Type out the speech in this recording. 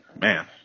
man